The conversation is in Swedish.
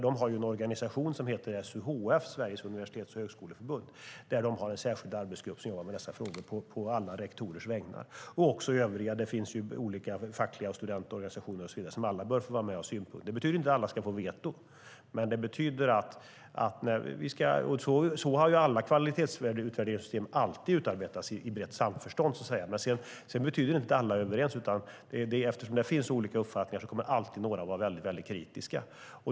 De har en organisation som heter SUHF, Sveriges universitets och högskoleförbund, där de har en särskild arbetsgrupp som jobbar med dessa frågor på alla rektorers vägnar. Det gäller också övriga. Det finns olika organisationer för facken och studenterna som alla bör vara med och ha synpunkter. Det betyder inte att alla ska få veto. Alla kvalitetsutvärderingssystem har alltid utarbetats i brett samförstånd. Det betyder inte att alla är överens. Eftersom det finns olika uppfattningar kommer några alltid att vara väldigt kritiska.